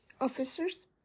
officers